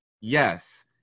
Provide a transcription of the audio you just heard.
Yes